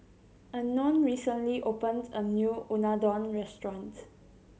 Unknown recently opened a new Unadon restaurant